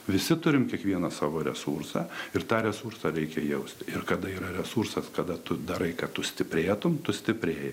visi turim kiekvienas savo resursą ir tą resursą reikia jausti ir kada yra resursas kada tu darai kad tu stiprėtum tu stiprėji